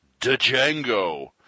Django